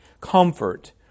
comfort